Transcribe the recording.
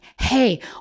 hey